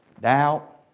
doubt